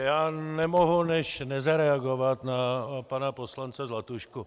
Já nemohu než nezareagovat na pana poslance Zlatušku.